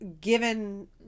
given